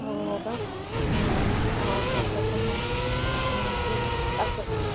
وہ ہوگا اور کیا کہتے ہیں